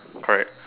correct